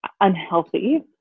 unhealthy